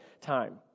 time